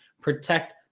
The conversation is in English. Protect